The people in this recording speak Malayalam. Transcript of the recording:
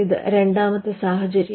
ഇത് രണ്ടാമത്തെ സാഹചര്യം